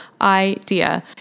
idea